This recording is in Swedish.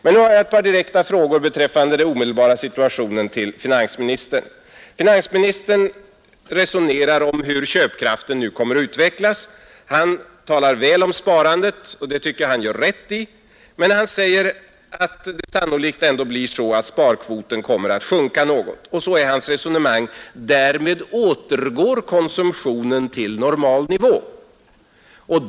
Men nu har jag ett par direkta frågor till finansministern beträffande den omedelbara situationen. Finansministern resonerade om hur köpkraften nu kommer att utvecklas. Han talade väl om sparandet, och det tycker jag att han gjorde rätt i. Men han sade att sparkvoten sannolikt ändå kommer att minska något. Därmed återgår konsumtionen till normal nivå, tillade han.